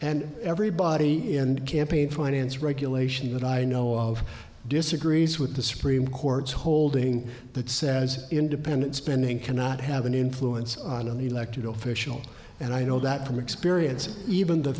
and everybody in campaign finance regulation that i know of disagrees with the supreme court's holding that says independent spending cannot have an influence on the elected official and i know that from experience even the